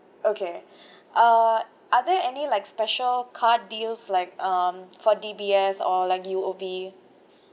okay uh are there any like special card deals like um for D_B_S or like U_O_B